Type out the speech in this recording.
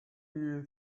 you